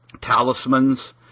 talismans